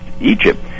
Egypt